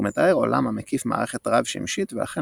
הוא מתאר עולם המקיף מערכת רב-שמשית ולכן